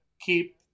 keep